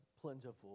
plentiful